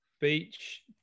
Beach